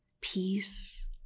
peace